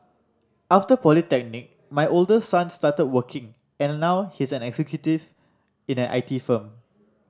after polytechnic my oldest son started working and now he's an executive in an I T firm